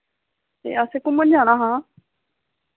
एह् असैं घुम्मन जाना हा